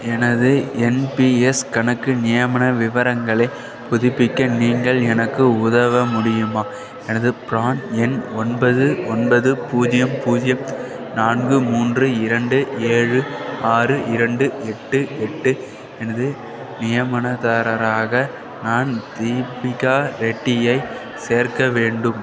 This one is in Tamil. எனது என் பி எஸ் கணக்கு நியமன விவரங்களைப் புதுப்பிக்க நீங்கள் எனக்கு உதவ முடியுமா எனது ப்ரான் எண் ஒன்பது ஒன்பது பூஜ்ஜியம் பூஜ்ஜியம் நான்கு மூன்று இரண்டு ஏழு ஆறு இரண்டு எட்டு எட்டு எனது நியமனதாரராக நான் தீபிகா ரெட்டியை சேர்க்க வேண்டும்